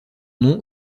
nom